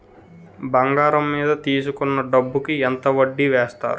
బంగారం మీద తీసుకున్న డబ్బు కి ఎంత వడ్డీ వేస్తారు?